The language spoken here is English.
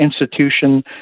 institution